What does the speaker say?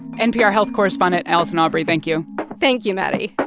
npr health correspondent allison aubrey, thank you thank you, maddie